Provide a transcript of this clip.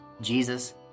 Jesus